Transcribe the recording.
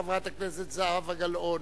חברת הכנסת זהבה גלאון.